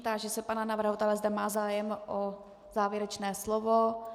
Táži se pana navrhovatele, zda má zájem o závěrečné slovo.